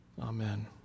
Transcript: Amen